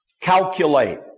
calculate